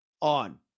on